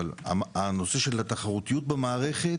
אבל הנושא של התחרותיות במערכת,